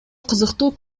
кызыктуу